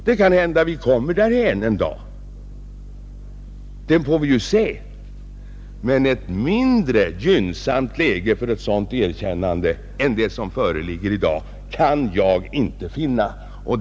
Det kan hända att vi kommer därhän en dag — det får vi ju se — men ett mindre gynnsamt läge för ett sådant erkännande än det som föreligger i dag kan 61 jag inte tänka mig.